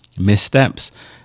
missteps